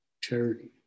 charity